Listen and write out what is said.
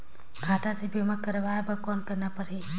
खाता से बीमा करवाय बर कौन करना परही?